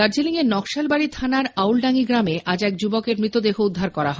দার্জিলিং এর নকশালবাড়ি থানার আউলডাঙ্গি গ্রামে আজ এক যুবকের মৃতদেহ উদ্ধার করা হয়